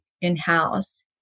in-house